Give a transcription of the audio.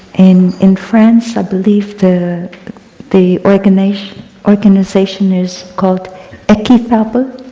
and in france, i believe the the organization organization is called equitable,